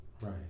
Right